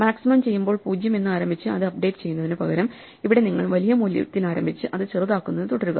maximum ചെയ്യുമ്പോൾ 0 എന്ന് ആരംഭിച്ച് അത് അപ്ഡേറ്റുചെയ്യുന്നതിനുപകരം ഇവിടെ നിങ്ങൾ വലിയ മൂല്യത്തിൽ ആരംഭിച്ച് അത് ചെറുതാക്കുന്നതു തുടരുക